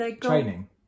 training